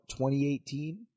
2018